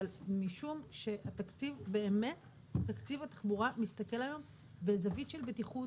אבל משום שבאמת תקציב התחבורה מסתכל היום בזווית של בטיחות,